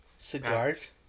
Cigars